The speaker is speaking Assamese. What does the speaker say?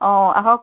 অ আহক